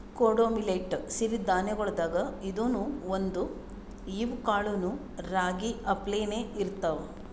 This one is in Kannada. ಕೊಡೊ ಮಿಲ್ಲೆಟ್ ಸಿರಿ ಧಾನ್ಯಗೊಳ್ದಾಗ್ ಇದೂನು ಒಂದು, ಇವ್ ಕಾಳನೂ ರಾಗಿ ಅಪ್ಲೇನೇ ಇರ್ತಾವ